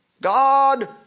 God